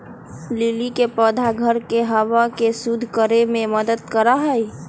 lily के पौधा घर के हवा के शुद्ध करे में मदद करा हई